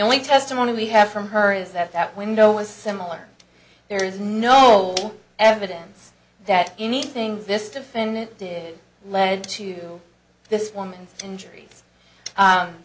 only testimony we have from her is that that window was similar there is no evidence that anything this defendant did lead to this woman's injur